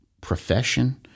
profession